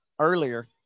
earlier